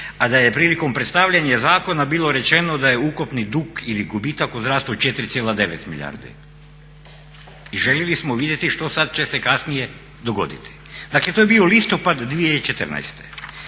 a da je prilikom predstavljanja zakona bilo rečeno da je ukupni dug ili gubitak u zdravstvu 4,9 milijardi i željeli smo vidjeti što sad će se kasnije dogoditi. Dakle to je bio listopad 2014.